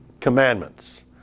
commandments